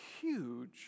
huge